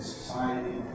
society